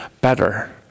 better